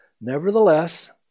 Nevertheless